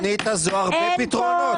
בתוכנית הזו יש הרבה פתרונות.